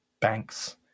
banks